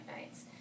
nights